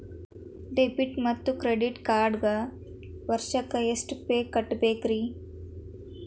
Debit ಮತ್ತು credit ಕಾರ್ಡ್ಗೆ ವರ್ಷಕ್ಕ ಎಷ್ಟ ಫೇ ಕಟ್ಟಬೇಕ್ರಿ?